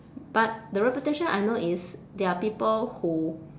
but the reputation I know is they are people who